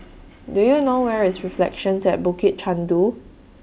Do YOU know Where IS Reflections At Bukit Chandu